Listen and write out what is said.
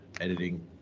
editing